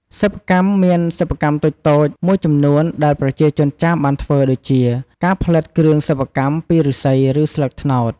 សិប្បកម្ម មានសិប្បកម្មតូចៗមួយចំនួនដែលប្រជាជនចាមបានធ្វើដូចជា ការផលិតគ្រឿងសិប្បកម្មពីឫស្សី ឬស្លឹកត្នោត។